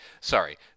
Sorry